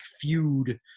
feud